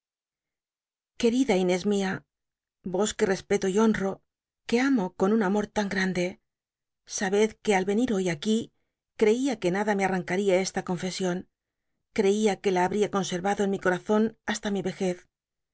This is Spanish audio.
querida inés mia vos que respeto y honro que amo con un amor tan grande sabed que al veni hoy aqui creía que nada me anancal'ia esta confesion cl'eia que la habría conscrrado en mi corazón hasta mi vejez